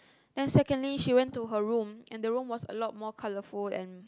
and secondly she went to her room and the room was a lot more colourful and